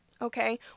Okay